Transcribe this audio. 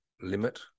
limit